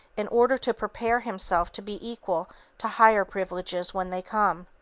in order to prepare himself to be equal to higher privileges when they come.